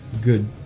good